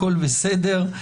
הכול בסדר,